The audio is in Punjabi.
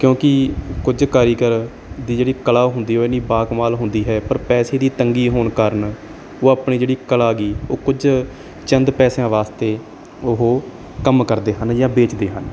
ਕਿਉਂਕਿ ਕੁਝ ਕਾਰੀਗਰ ਦੀ ਜਿਹੜੀ ਕਲਾ ਹੁੰਦੀ ਉਹ ਇੰਨੀ ਬਾਹਕਮਾਲ ਹੁੰਦੀ ਹੈ ਪਰ ਪੈਸੇ ਦੀ ਤੰਗੀ ਹੋਣ ਕਾਰਨ ਉਹ ਆਪਣੀ ਜਿਹੜੀ ਕਲਾ ਗਈ ਉਹ ਕੁਝ ਚੰਦ ਪੈਸਿਆਂ ਵਾਸਤੇ ਉਹ ਕੰਮ ਕਰਦੇ ਹਨ ਜਾਂ ਵੇਚਦੇ ਹਨ